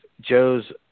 Joe's